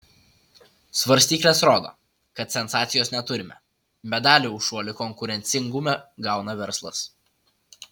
svarstyklės rodo kad sensacijos neturime medalį už šuolį konkurencingume gauna verslas